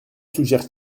suggère